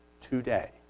today